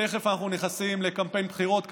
תכף אנחנו נכנסים לקמפיין בחירות,